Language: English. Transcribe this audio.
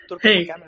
Hey